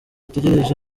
utegereje